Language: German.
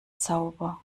sauber